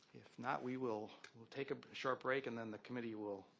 if not, we will will take a short break and then the committee will